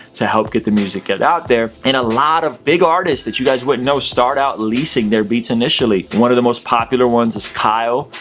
to help get the music out there. and a lot of big artists that you guys wouldn't know start out leasing their beats initially. one of the most popular ones is kyle,